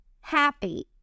happy